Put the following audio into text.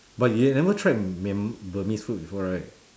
but you've never tried myan~ burmese food before right